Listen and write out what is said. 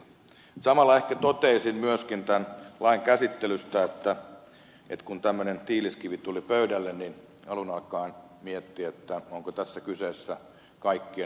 samalla ehkä toteaisin myöskin sen tämän lain käsittelystä että kun tämmöinen tiiliskivi tuli pöydälle niin alun alkaen mietti onko tässä kyseessä kaikkien hallintohimmeleiden äiti